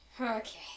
Okay